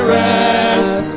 rest